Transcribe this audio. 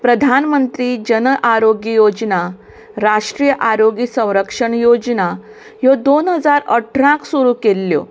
प्रधान मंत्री जन आरोग्य योजना राष्ट्रीय आरोग्य संरक्षण योजना ह्यो देन हजार अठराक सुरू केल्ल्यो